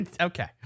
Okay